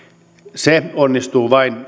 se onnistuu vain